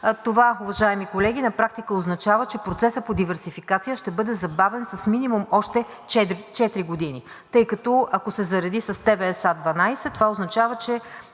Това, уважаеми колеги, на практика означава, че процесът по диверсификация ще бъде забавен с минимум още четири години, тъй като, ако се зареди с ТВСА-12, това означава, че